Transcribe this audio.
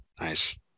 Nice